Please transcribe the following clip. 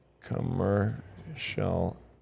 commercial